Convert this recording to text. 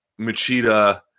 Machida